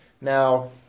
Now